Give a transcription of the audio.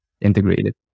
integrated